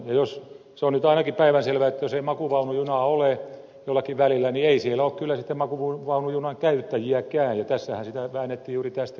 se on nyt ainakin päivänselvää että jos ei makuuvaunujunaa ole jollakin välillä niin ei siellä ole kyllä sitten makuuvaunujunan käyttäjiäkään ja tässähän väännettiin juuri tästä kysymyksestä